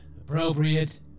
Appropriate